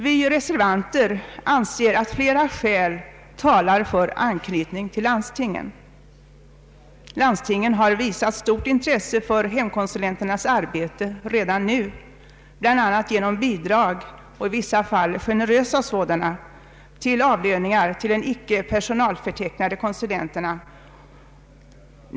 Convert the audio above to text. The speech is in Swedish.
Vi reservanter anser att flera skäl talar för en anknytning av konsulenterna till landstingen. Dessa visar redan nu stort intresse för hemkonsulenternas arbete, bl.a. genom bidrag och i vissa fall generösa sådana till avlöningar åt de icke personalförtecknade konsulenterna.